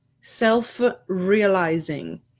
self-realizing